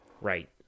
right